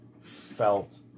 felt